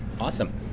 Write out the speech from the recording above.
awesome